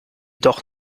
doch